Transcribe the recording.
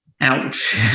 Ouch